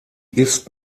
ist